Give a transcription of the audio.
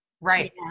Right